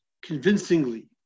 Convincingly